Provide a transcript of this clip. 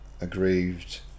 aggrieved